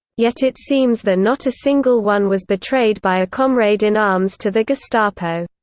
yet it seems that not a single one was betrayed by a comrade-in-arms to the gestapo.